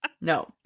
no